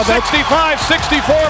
65-64